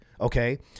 Okay